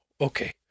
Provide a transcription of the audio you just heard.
Okay